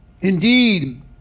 Indeed